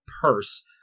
purse